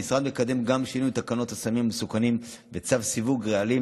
המשרד מקדם גם שינוי תקנות הסמים המסוכנים וצו סיווג רעלים